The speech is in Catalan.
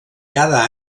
cada